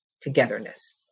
togetherness